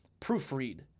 proofread